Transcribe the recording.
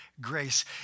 grace